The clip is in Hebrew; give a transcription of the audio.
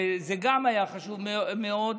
וזה גם היה חשוב מאוד.